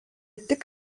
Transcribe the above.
tik